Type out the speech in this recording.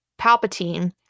Palpatine